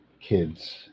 kids